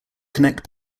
connect